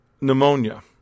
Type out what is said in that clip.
pneumonia